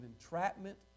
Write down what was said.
entrapment